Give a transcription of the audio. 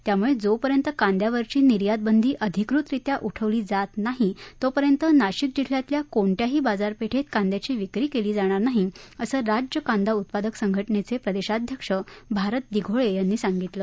त्यामुळज्ञीपर्यंत कांद्यावरची निर्यातबंदी अधिकृतरित्या उठवली जात नाही तोपर्यंत नाशिक जिल्ह्यातल्या कोणत्याही बाजारपळीकांद्याची विक्री क्ली जाणार नाही असं राज्य कांदा उत्पादक संघटनच्चिद्धाध्यक्ष भारत दिघोळखिंनी सांगितलं